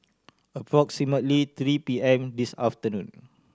approximately three P M this afternoon